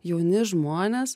jauni žmonės